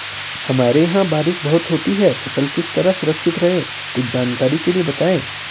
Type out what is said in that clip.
हमारे यहाँ बारिश बहुत होती है फसल किस तरह सुरक्षित रहे कुछ जानकारी के लिए बताएँ?